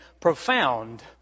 profound